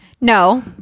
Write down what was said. No